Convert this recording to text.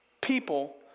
people